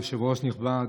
יושב-ראש נכבד,